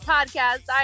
Podcast